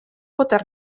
poter